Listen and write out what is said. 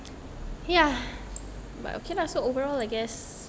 ya